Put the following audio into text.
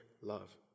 love